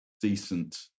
decent